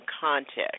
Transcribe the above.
context